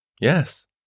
Yes